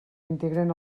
integren